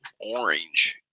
orange